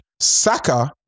Saka